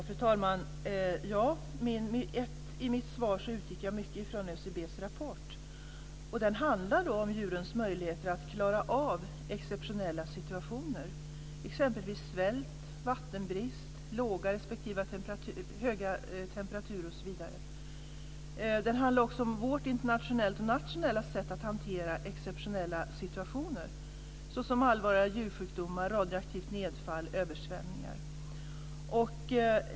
Fru talman! Det är riktigt att jag i mitt svar utgick mycket från ÖCB:s rapport. Den handlar om djurens möjligheter att klara av exceptionella situationer, exempelvis svält, vattenbrist och låga respektive höga temperaturer. Den handlar också om vårt internationella och nationella sätt att hantera exceptionella situationer såsom allvarliga djursjukdomar, radioaktivt nedfall och översvämningar.